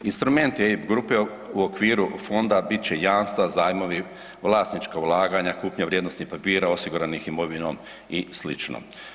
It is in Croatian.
Instrumenti EIB grupe u okviru fonda bit će jamstva, zajmovi, vlasnička ulaganja, kupnja vrijednosnih papira osiguranih imovinom i sl.